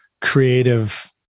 creative